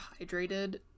hydrated